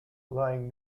lying